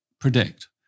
predict